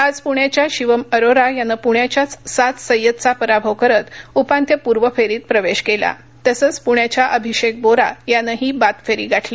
आज प्ण्याच्या शिवम अरोरा यानं प्ण्याच्याच साद सय्यदचा पराभव करत उपांत्यपूर्व फेरीत प्रवेश केला तसंच प्ण्याच्या अभिषेक बोरा यानंही बाद फेरी गाठली